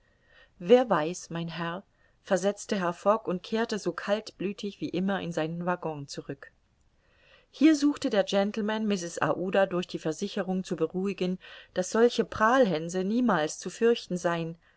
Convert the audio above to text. wer weiß mein herr versetzte herr fogg und kehrte so kaltblütig wie immer in seinen waggon zurück hier suchte der gentleman mrs aouda durch die versicherung zu beruhigen daß solche prahlhänse niemals zu fürchten seien